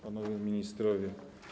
Panowie Ministrowie!